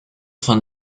von